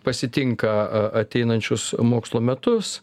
pasitinka ateinančius mokslo metus